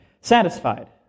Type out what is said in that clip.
satisfied